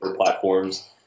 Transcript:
platforms